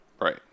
Right